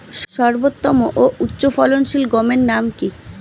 সর্বোত্তম ও উচ্চ ফলনশীল গমের নাম কি?